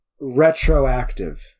retroactive